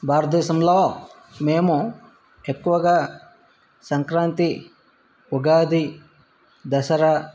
భారతదేశంలో మేము ఎక్కువగా సంక్రాంతి ఉగాది దసరా